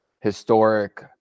historic